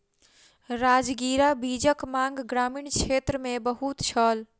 राजगिरा बीजक मांग ग्रामीण क्षेत्र मे बहुत छल